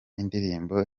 indirimbo